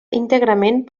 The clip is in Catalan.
íntegrament